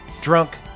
drunk